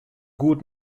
goed